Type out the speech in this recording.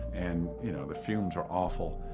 and you know the fumes were awful.